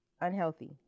unhealthy